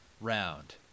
round